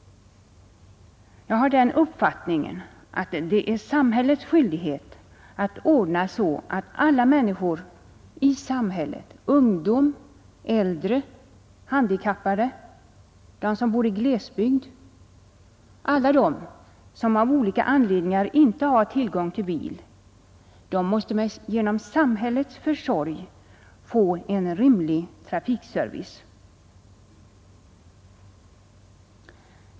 Jag har den uppfattningen att det är samhällets skyldighet att ordna så att alla människor i samhället — ungdom, äldre, handikappade, de som bor i glesbygd, alla de som av olika anledningar inte har tillgång till bil — skall få en rimlig trafikservice genom samhällets försorg.